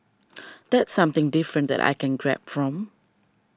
that's something different that I can grab from